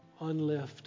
unlift